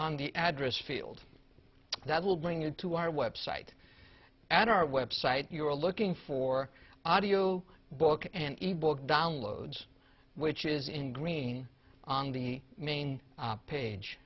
on the address field that will bring it to our website at our website you're looking for audio book an ebook downloads which is in green on the main page